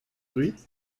bruit